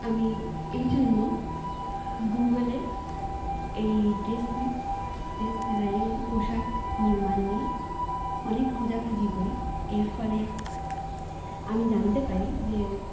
আমি এইজন্য গুগলে এই ড্রেস ড্রেস ডিজাইনিং অর্থাৎ পোশাক নির্মাণ নিয়ে অনেক খোঁজাখুজি করি এর ফলে আমি জানতে পারি যে